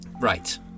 Right